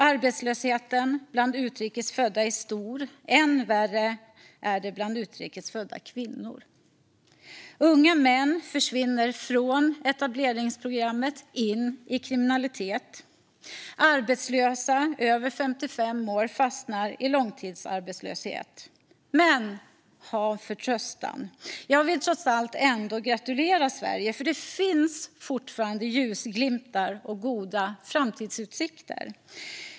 Arbetslösheten bland utrikes födda är stor, och än värre är det bland utrikes födda kvinnor. Unga män försvinner från etableringsprogrammet in i kriminalitet. Arbetslösa över 55 år fastnar i långtidsarbetslöshet. Men ha förtröstan! Jag vill trots allt ändå gratulera Sverige, för det finns fortfarande ljusglimtar och goda framtidsutsikter.